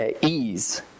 ease